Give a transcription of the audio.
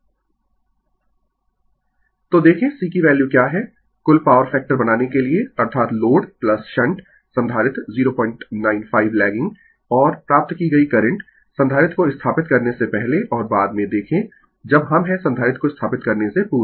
Refer Slide Time 1905 तो देखें C की वैल्यू क्या है कुल पॉवर फैक्टर बनाने के लिए अर्थात लोड शंट संधारित्र 095 लैगिंग और प्राप्त की गयी करंट संधारित्र को स्थापित करने से पहले और बाद में देखें जब हम है संधारित्र को स्थापित करने से पूर्व